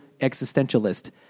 existentialist